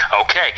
Okay